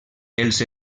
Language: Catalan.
els